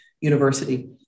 university